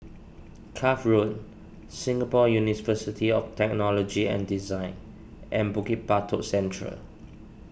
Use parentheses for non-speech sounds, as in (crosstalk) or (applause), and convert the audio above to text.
Cuff Road Singapore (unintelligible) of Technology and Design and Bukit Batok Central